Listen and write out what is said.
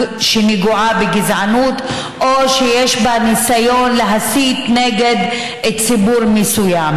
שנגועה בגזענות או שיש בה ניסיון להסית נגד ציבור מסוים,